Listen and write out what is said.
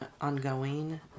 ongoing